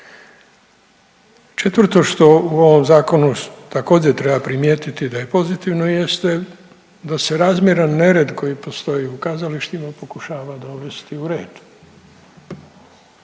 Četvrto što u ovom zakonu također treba primijetiti da je pozitivno jeste da se razmjeran nered koji postoji u kazalištima pokušava dovesti u red,